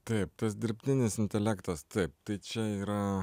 taip tas dirbtinis intelektas taip tai čia yra